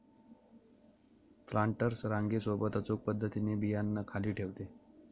planters रांगे सोबत अचूक पद्धतीने बियांना खाली ठेवते